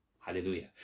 Hallelujah